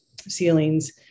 ceilings